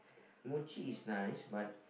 Muji is nice but